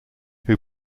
who